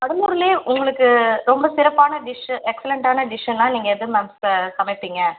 கடலூரில் உங்களுக்கு ரொம்ப சிறப்பான டிஷ் எக்சலன்ட்டான டிஷ்ஷுன்னா நீங்கள் எதை மேம் சமைப்பீங்க